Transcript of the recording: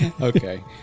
Okay